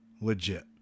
legit